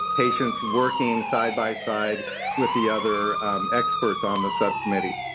patient working side-by-side with the other experts on the subcommittees.